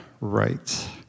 right